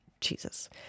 Jesus